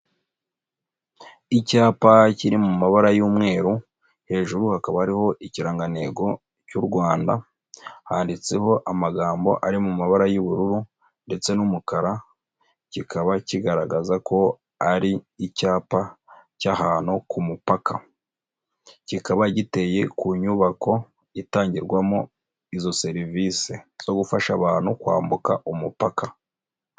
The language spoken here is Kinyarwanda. Icyapa kiri mu mabara y'umweru, hejuru hakaba hariho ikirangantego cy'u Rwanda, handitseho amagambo ari mu mabara y'ubururu ndetse n'umukara, kikaba kigaragaza ko ari icyapa cy'ahantu ku mupaka, kikaba giteye ku nyubako itangirwamo izo serivise zo gufasha abantu kwambuka umupaka.